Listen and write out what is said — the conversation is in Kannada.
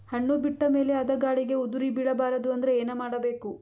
ಹಣ್ಣು ಬಿಟ್ಟ ಮೇಲೆ ಅದ ಗಾಳಿಗ ಉದರಿಬೀಳಬಾರದು ಅಂದ್ರ ಏನ ಮಾಡಬೇಕು?